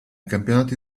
campionati